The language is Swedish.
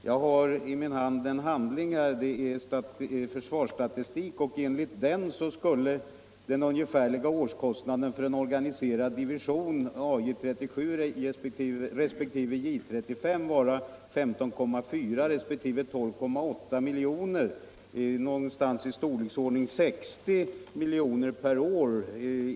Jag har i min hand en handling med försvarsstatistik, och enligt den skulle den ungefärliga årskostnaden för en organiserad division AJ 37 resp. J 35 vara 15,4 resp. 12,8 milj.kr.